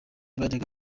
bajyaga